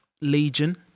Legion